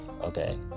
okay